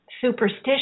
superstition